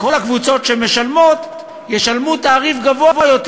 כל הקבוצות שמשלמות ישלמו תעריף גבוה יותר,